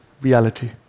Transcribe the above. reality